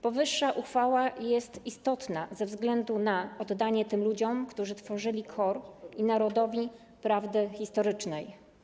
Powyższa uchwała jest istotna ze względu na oddanie tym ludziom, którzy tworzyli KOR, i narodowi prawdy historycznej.